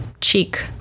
cheek